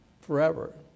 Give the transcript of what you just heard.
forever